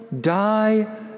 die